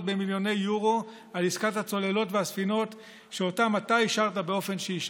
במיליוני יורו על עסקת הצוללות והספינות שאותה אתה אישרת באופן שאישרת?